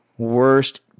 Worst